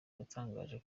yatangaje